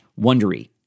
Wondery